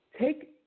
take